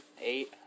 eight